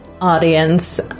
Audience